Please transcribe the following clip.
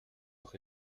auch